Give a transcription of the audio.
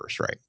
right